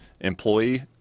employee